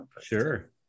Sure